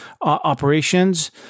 operations